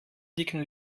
dicken